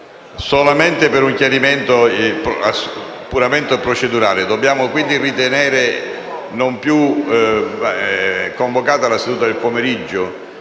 intervengo per un chiarimento puramente procedurale: dobbiamo quindi ritenere non più convocata la seduta del pomeriggio?